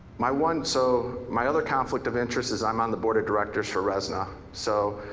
my one, so my other conflict of interest is i'm on the board of directions for resna so